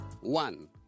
One